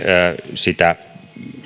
sitä